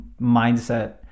mindset